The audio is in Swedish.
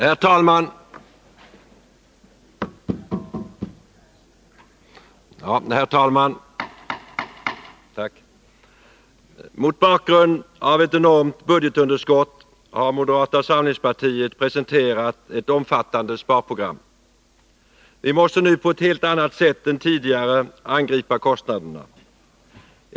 Herr talman! Mot bakgrund av ett enormt budgetunderskott har moderata samlingspartiet presenterat ett omfattande sparprogram. Vi måste nu på ett helt annat sätt än tidigare angripa kostnaderna.